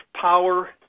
power